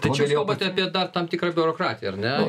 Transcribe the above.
tai čia jūs kalbat apie dar tam tikrą biurokratiją ar ne